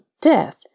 death